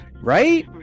Right